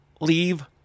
leave